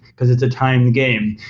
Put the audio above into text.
because it's a timed game.